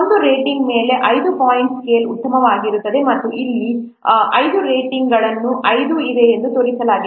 ಒಂದು ರೇಟಿಂಗ್ ಮೇಲೆ ಐದು ಪಾಯಿಂಟ್ ಸ್ಕೇಲ್ ಉತ್ತಮವಾಗಿರುತ್ತದೆ ಮತ್ತು ಇಲ್ಲಿ ಐದು ರೇಟಿಂಗ್ಗಳು ಐದು ಇವೆ ತೋರಿಸಲಾಗಿದೆ